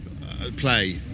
play